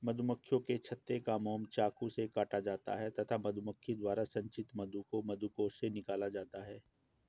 मधुमक्खियों के छत्ते का मोम चाकू से काटा जाता है तथा मधुमक्खी द्वारा संचित मधु को मधुकोश से निकाला जाता है